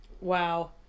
Wow